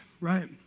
right